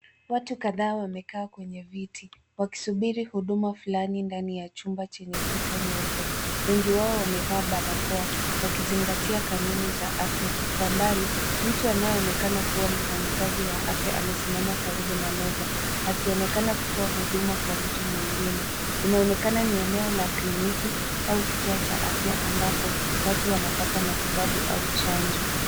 Watu kadhaa wamekaa kwenye viti, wakisubiri huduma fulani ndani ya chumba chenye kuta nyeupe. Wengi wao wamevaa barakoa, wakizingatia kanuni za afya. Kwa mbali, mtu anayeonekana kuwa mfanyikazi wa afya amesimama karibu na meza, akionekana kutoa huduma kwa mtu mwingine. Inaonekana ni eneo la kliniki au kituo cha afya ambapo watu wanapata matibabu au chanjo.